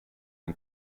and